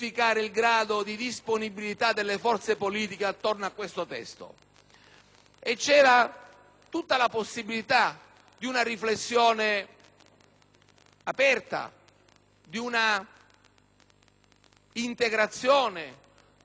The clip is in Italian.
C'era tutta la possibilità di una riflessione aperta e di un'integrazione, la possibilità concreta di giungere a un testo